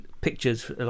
pictures